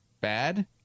Bad